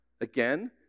Again